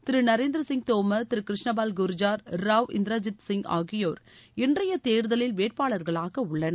திரு நரேந்திரசிய் தோமர் திரு கிருஷ்ணபால் குர்ஜார் ராவ் இந்தர்ஜித் சிய் ஆகியோர் இன்றைய தேர்தலில் வேட்பாளர்களாக உள்ளனர்